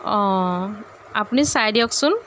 অঁ আপুনি চাই দিয়কচোন